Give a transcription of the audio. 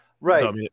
Right